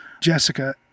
Jessica